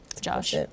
josh